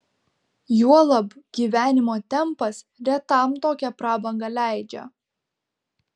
juolab gyvenimo tempas retam tokią prabangą leidžia